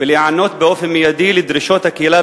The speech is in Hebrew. ולהיענות באופן מיידי לדרישות של הקהילה